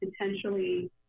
potentially